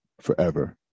forever